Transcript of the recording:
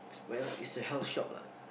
well it's a health shop lah